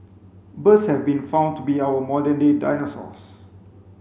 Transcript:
birds have been found to be our modern day dinosaurs